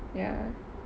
ya